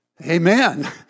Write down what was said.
amen